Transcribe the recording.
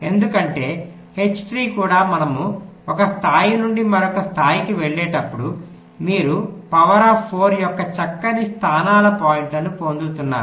ఎందుకంటే H tree కూడా మనము ఒక స్థాయి నుండి మరొక స్థాయికి వెళ్ళేటప్పుడు మీరు పవర్ అఫ్ 4 యొక్క చక్కని స్థానాల పాయింట్లను పొందుతున్నారు